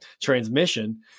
transmission